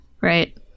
right